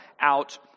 out